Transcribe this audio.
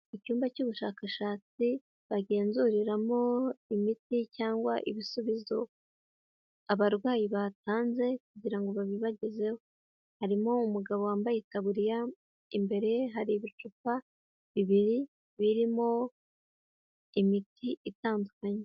Icyumba cy'ubushakashatsi bagenzuriramo imiti cyangwa ibisubizo abarwayi batanze kugirango ngo babibagezeho harimo umugabo wambaye itaburiya imbere hari ibicupa bibiri birimo imiti itandukanye.